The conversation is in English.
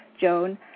Joan